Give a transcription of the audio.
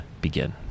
begin